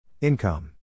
Income